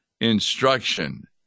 instruction